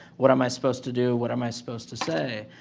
what am i supposed to do? what am i supposed to say?